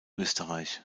österreich